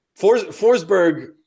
Forsberg